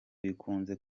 bikunze